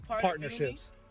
partnerships